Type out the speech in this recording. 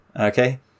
okay